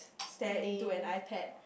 stare into an iPad